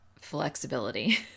flexibility